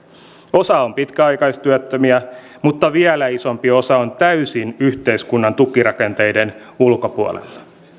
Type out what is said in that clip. osa on pitkäaikaistyöttömiä mutta vielä isompi osa on täysin yhteiskunnan tukirakenteiden ulkopuolella